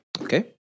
okay